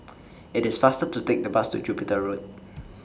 IT IS faster to Take The Bus to Jupiter Road